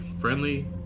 friendly